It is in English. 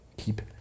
keep